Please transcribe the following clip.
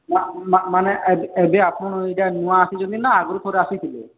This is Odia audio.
ମାନେ ଏବେ ଆପଣ ଏଇଟା ନୂଆ ଆସିଛନ୍ତି ନା ଆଗରୁ ଥରେ ଆସିଥିଲେ